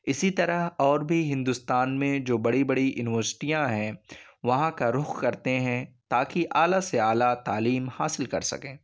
اسی طرح اور بھی ہندوستان میں جو بڑی بڑی یونیورسٹیاں ہیں وہاں کا رخ کرتے ہیں تا کہ اعلیٰ سے اعلیٰ تعلیم حاصل کر سکیں